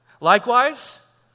Likewise